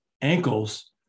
ankles